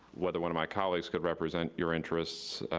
whether one of my colleagues could represent your interests,